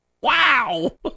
Wow